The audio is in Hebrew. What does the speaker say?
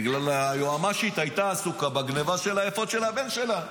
בגלל שהיועמ"שית הייתה עסוקה בגנבה של האפוד של הבן שלה.